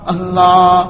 Allah